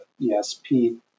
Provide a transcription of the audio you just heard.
ESP